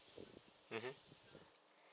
mmhmm